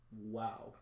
Wow